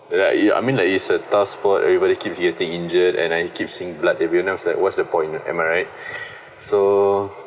like e~ I mean like is a tough sport everybody keeps getting injured and I keep seeing blood every now like what's the point am I right so